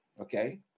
Okay